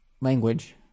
language